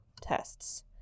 tests